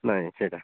ନାଇଁ ସେଇଟା